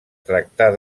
tractar